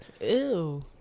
Ew